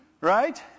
right